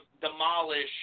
demolish